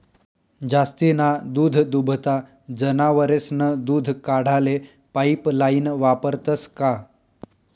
जास्तीना दूधदुभता जनावरेस्नं दूध काढाले पाइपलाइन वापरतंस का?